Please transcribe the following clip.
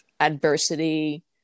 adversity